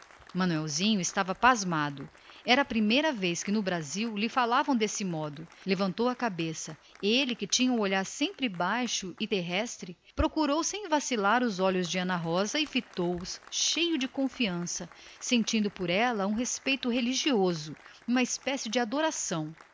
manuelzinho estava pasmado era a primeira vez que no brasil lhe falavam com aquela ternura levantou a cabeça e encarou ana rosa ele que tinha sempre o olhar baixo e terrestre procurou sem vacilar os olhos da rapariga e fitou os cheio de confiança sentindo por ela um súbito respeito uma espécie de adoração